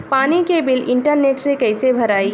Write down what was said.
पानी के bill internet से कइसे भराई?